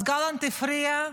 אז גלנט הפריע,